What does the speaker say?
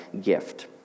gift